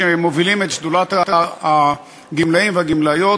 שמובילים את שדולת הגמלאים והגמלאיות,